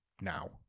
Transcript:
now